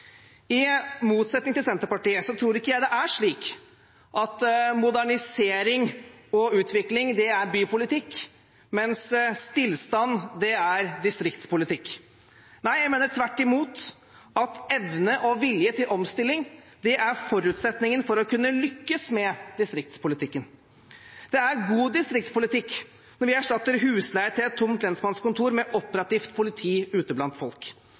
I motsetning til Senterpartiet tror jeg ikke det er slik at modernisering og utvikling er bypolitikk, mens stillstand er distriktspolitikk. Nei, jeg mener tvert imot at evne og vilje til omstilling er forutsetningen for å kunne lykkes med distriktspolitikken. Det er god distriktspolitikk når vi erstatter husleie for et tomt lensmannskontor med operativt politi ute blant folk.